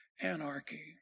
anarchy